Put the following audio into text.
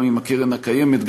גם עם הקרן הקיימת,